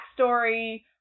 backstory